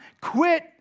quit